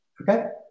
Okay